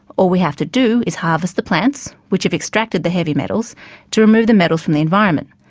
all we have to do is harvest the plants which have extracted the heavy metals to remove the metals from the environment.